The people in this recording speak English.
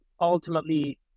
ultimately